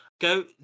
go